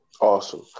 Awesome